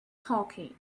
talking